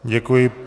Děkuji.